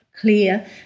clear